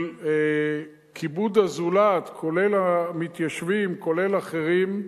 של כיבוד הזולת, כולל המתיישבים, כולל אחרים,